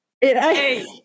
Hey